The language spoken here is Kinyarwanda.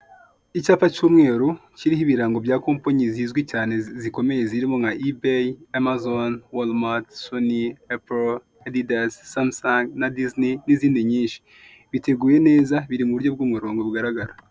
Icyapa cy'umweru kiriho ibirango bya komponyi zizwi cyane zikomeye zirimo nka ibeyi, amazoni, warumati, soni, epo, edidasi, samusangi na dizini n'izindi nyinshi biteguye neza biri mu buryo bw'umurongo bugaragara.